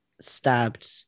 stabbed